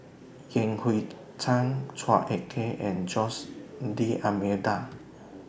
Yan Hui Chang Chua Ek Kay and Jose D'almeida